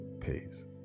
Peace